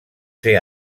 ser